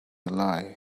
lie